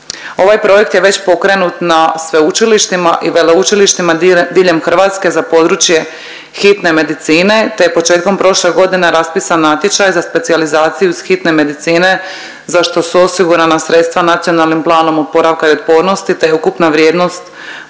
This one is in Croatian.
Ovaj projekt je već pokrenut na sveučilištima i veleučilištima diljem Hrvatske za područje hitne medicine, te je početkom prošle godine raspisan natječaj za specijalizaciju s hitne medicine za što su osigurana sredstva Nacionalnim planom oporavka i otpornosti, te je ukupna vrijednost